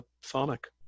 Sonic